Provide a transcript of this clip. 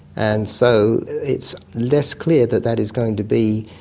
and so it's less clear that that is going to be,